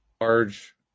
large